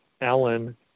Alan